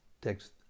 Text